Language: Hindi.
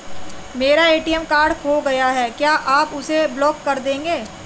मेरा ए.टी.एम कार्ड खो गया है क्या आप उसे ब्लॉक कर देंगे?